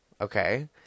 Okay